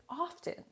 often